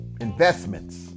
investments